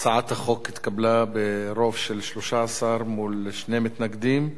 הצעת החוק התקבלה ברוב של 13 מול שני מתנגדים,